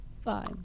Fine